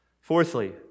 Fourthly